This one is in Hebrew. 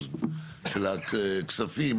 של הכספים,